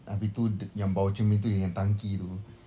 abeh tu yang bawah cermin tu yang tangki tu